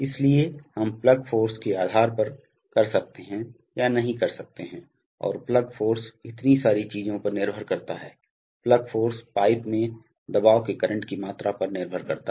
इसलिए हम plug force के आधार पर कर सकते हैं या नहीं कर सकते हैं और प्लग फोर्स इतनी सारी चीजों पर निर्भर करता है प्लग फोर्स पाइप में दबाव के करंट की मात्रा पर निर्भर करता है